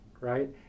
right